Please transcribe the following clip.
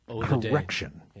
correction